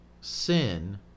sin